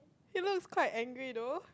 he looks quite angry though